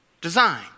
design